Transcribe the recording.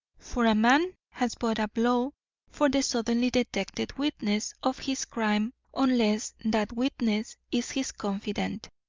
for a man has but a blow for the suddenly detected witness of his crime unless that witness is his confidant,